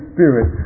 Spirit